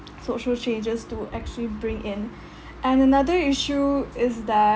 social changes to actually bring in and another issue is that